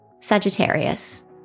Sagittarius